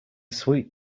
sweet